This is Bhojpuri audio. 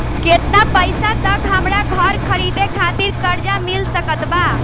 केतना पईसा तक हमरा घर खरीदे खातिर कर्जा मिल सकत बा?